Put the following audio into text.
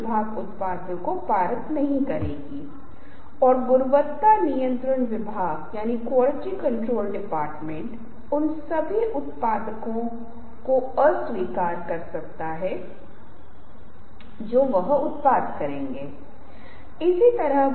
वे चीजों पर उत्साह का संचार करते हैं न कि चीजों पर झुकाव के कारण क्योंकि वे समर्थन की आवश्यकता का संकेत दे सकते हैं और जब मैं किसी चीज पर झुकता हूं तो मुझे समर्थन की आवश्यकता होती है लेकिन निश्चित रूप से चीजों पर झुकाव के अन्य तरीके हैं